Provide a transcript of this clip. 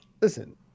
listen